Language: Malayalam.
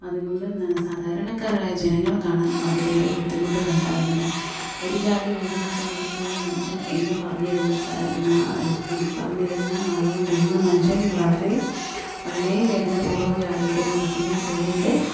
അതുകൊണ്ട് സാധാരണക്കാരായ ജനങ്ങൾക്കാണ് അതിലേറെ ബുദ്ധിമുട്ടുകളുണ്ടാകുന്നത് ഒരു ജാതി ഒരു മതം ഒരു ദൈവം മനുഷ്യൻ എന്ന് പറഞ്ഞിരുന്ന പറഞ്ഞിരുന്ന നാവുകൊണ്ട് ഇന്ന് മനുഷ്യൻ വളരെ വളരേ വേദനാപൂർവ്വം ജാതിയുടെയും മതത്തിൻ്റെയും പേരിൽ